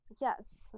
Yes